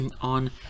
on